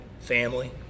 Family